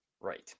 Right